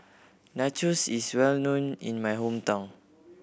nachos is well known in my hometown